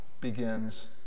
begins